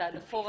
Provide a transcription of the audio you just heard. צעד אחורה,